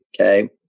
Okay